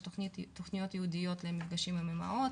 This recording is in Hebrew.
יש תכניות ייעודיות למפגשים עם אימהות,